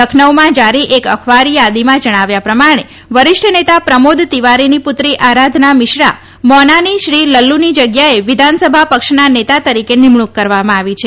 લખનઉમાં જારી એક અખબારી યાદીમાં જણાવ્યા પ્રમાણે વરિષ્ઠ નેતા પ્રમોદ તિવારીની પુત્રી આરાઘના મીશ્રા મોના ની શ્રી લલ્લુની જગ્યાએ વિઘાનસભા પક્ષના નેતા તરીકે નિમણુંક કરવામાં આવી છે